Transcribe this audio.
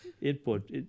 input